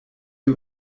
wir